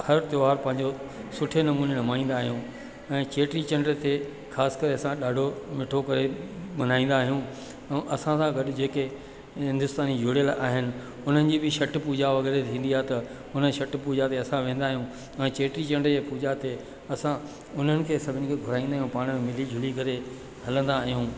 हर त्योहार पंहिंजो सुठे नमूने रमाईंदा आहियूं ऐं चेटी चंड ते ख़ासि करे असां ॾाढो मिठो करे मल्हाईंदा आहियूं ऐं असांसां गॾु जेके हिंदुस्तानी जुड़ियल आहिनि उन्हनि जी बि छठ पूॼा वग़ैरह थींदी आहे त उन छठ पूॼा ते असां वेंदा आहियूं ऐं चेटी चंड जी पूॼा ते असां उन्हनि खे सभिनि खे घुराईंदा आहियूं पाण में मिली जुली करे हलंदा आहियूं